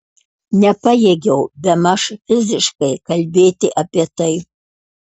nepajėgiau bemaž fiziškai kalbėti apie tai